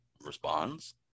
responds